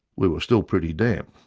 we were still pretty damp.